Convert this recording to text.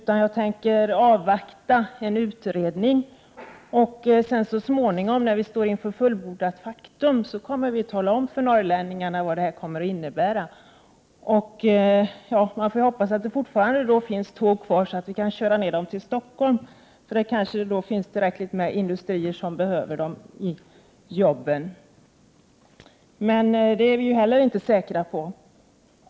Hon tänker i stället avvakta en utredning och så småningom när man står inför fullbordat faktum, kommer man att tala om för norrlänningarna vad de har att vänta. Man får hoppas att det då fortfarande finns tåg kvar, så att norrlänningarna kan köras ner till Stockholm, där det kanske finns industrier som behöver dem i produktionen. 39 tiska satsningarna vid anpassning till EG Men det kan man inte heller vara säker på.